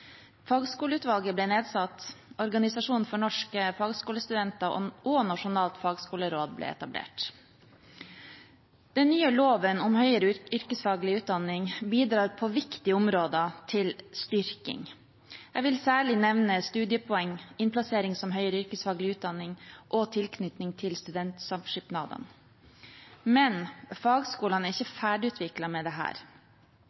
Fagskoleutvalget ble nedsatt, Organisasjon for norske fagskolestudenter og Nasjonalt fagskoleråd ble etablert. Den nye loven om høyere yrkesfaglig utdanning bidrar på viktige områder til styrking. Jeg vil særlig nevne studiepoeng, innplassering som høyere yrkesfaglig utdanning og tilknytning til studentsamskipnadene. Men fagskolene er ikke